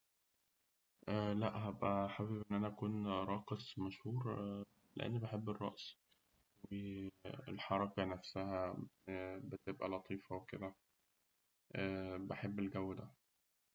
لأ هأبقى حابب إن أنا أكون راقص مشهور، لأن بحب الرقص ، والحركة نفسها بتبقى لطيفة وكده بحب الجو ده.